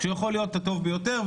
שהוא יכול להיות הטוב ביותר.